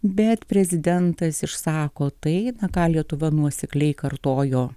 bet prezidentas išsako tai ką lietuva nuosekliai kartojo